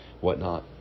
whatnot